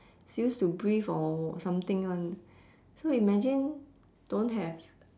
it's used to breathe or something [one] so imagine don't have